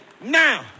now